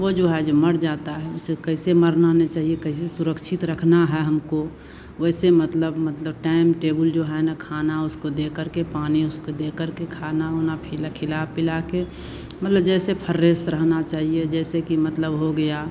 वो जो है जो मर जाता है उसे कैसे मरना चहिए कैसे सुरक्षित रखना है हमको वैसे मतलब मतलब टाइम टेबुल जो है न खाना उसको दे करके पानी उसको दे करके खाना ऊना फिला खिला पिला के मतलब जैसे फरेस रहना चाहिए जैसे कि मतलब हो गया